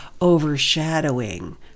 overshadowing